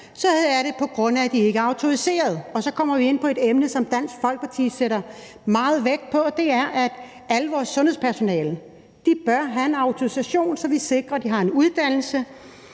så er det, på grund af at de ikke er autoriserede. Og så kommer vi ind på et emne, som Dansk Folkeparti lægger meget vægt på, og det er, at alt vores sundhedspersonale bør have en autorisation, så vi sikrer, at de har en uddannelse,